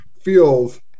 feels